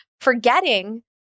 forgetting